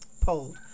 pulled